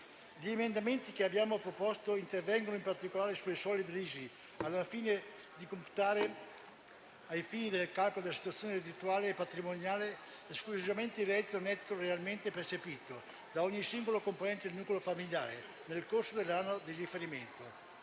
Gli emendamenti che abbiamo proposto intervengono, in particolare, sulle soglie ISEE, al fine di computare per il calcolo della situazione reddituale e patrimoniale esclusivamente il reddito netto realmente percepito da ogni singolo componente del nucleo familiare nel corso dell'anno di riferimento.